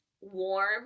warm